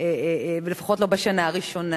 לפחות לא בשנה הראשונה.